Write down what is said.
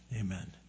Amen